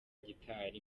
gitari